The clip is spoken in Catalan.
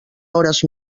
hores